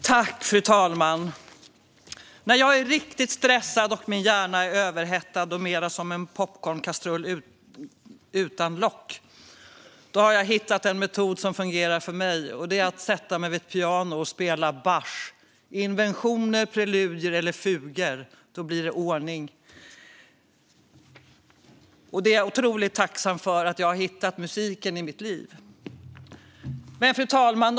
Fru talman! När jag är riktigt stressad och min hjärna är överhettad och är som en popcornkastrull utan lock finns det en metod som fungerar för mig, och det är att sätta mig vid ett piano och spela Bachs inventioner, preludier eller fugor. Då blir det ordning. Jag är otroligt tacksam för att jag har hittat musiken i mitt liv. Fru talman!